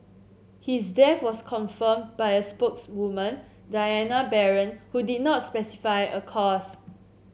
his death was confirmed by a spokeswoman Diana Baron who did not specify a cause